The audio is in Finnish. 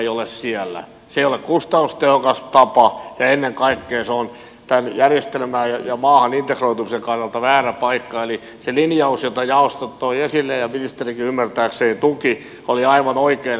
se ei ole kustannustehokas tapa ja ennen kaikkea se on tämän järjestelmän ja maahan integroitumisen kannalta väärä paikka eli se linjaus jota jaostot toivat esille ja ministerikin ymmärtääkseni tuki oli aivan oikein